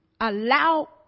allow